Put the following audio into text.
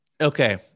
Okay